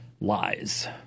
lies